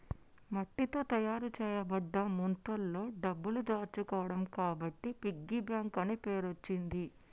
మట్టితో తయారు చేయబడ్డ ముంతలో డబ్బులు దాచుకోవడం కాబట్టి పిగ్గీ బ్యాంక్ అనే పేరచ్చింది